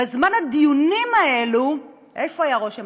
בזמן הדיונים האלה, איפה היה ראש הממשלה?